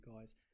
guys